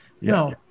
No